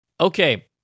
okay